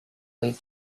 late